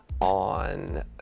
on